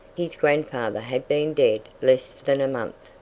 his grandfather had been dead less than a month,